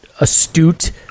astute